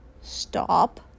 stop